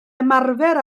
ymarfer